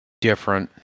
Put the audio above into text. different